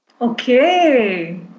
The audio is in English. Okay